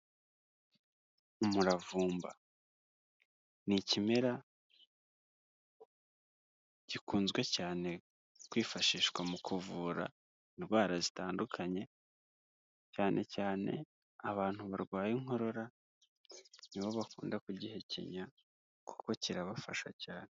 Umuravumba ni ikimera gikunzwe cyane kwifashishwa mu kuvura indwara zitandukanye, cyane cyane abantu barwaye inkorora nibo bakunda kugihekenya, kuko kirabafasha cyane.